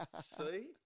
See